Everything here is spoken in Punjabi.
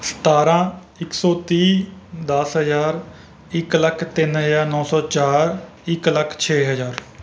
ਸਤਾਰ੍ਹਾਂ ਇੱਕ ਸੌ ਤੀਹ ਦਸ ਹਜ਼ਾਰ ਇੱਕ ਲੱਖ ਤਿੰਨ ਹਜ਼ਾਰ ਨੌਂ ਸੌ ਚਾਰ ਇੱਕ ਲੱਖ ਛੇ ਹਜ਼ਾਰ